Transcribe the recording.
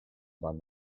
about